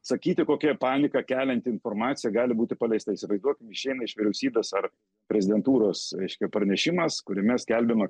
sakyti kokia paniką kelianti informacija gali būti paleista įsivaizduokim išeina iš vyriausybės ar prezidentūros reiškia parnešimas kuriame skelbiama